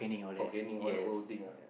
Fort-Canning all the old old thing ah